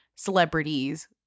celebrities